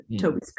toby's